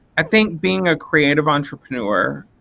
i think being a creative entrepreneur